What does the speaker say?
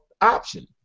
option